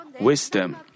wisdom